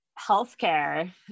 healthcare